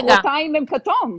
מחרתיים הם כתום.